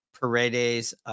Paredes